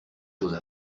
choses